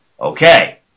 Okay